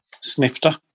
snifter